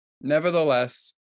nevertheless